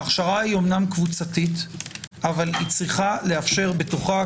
ההכשרה היא אמנם קבוצתית אבל היא צריכה לאפשר בתוכה,